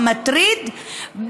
המטריד,